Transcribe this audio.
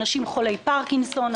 אנשים חולי פרקינסון,